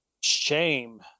shame